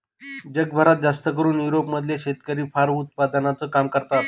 जगभरात जास्तकरून युरोप मधले शेतकरी फर उत्पादनाचं काम करतात